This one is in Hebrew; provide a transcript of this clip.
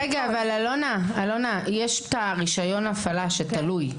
אבל אלונה, יש את רישיון ההפעלה שתלוי.